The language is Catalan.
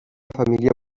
família